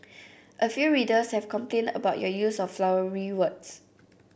a few readers have complained about your use of flowery words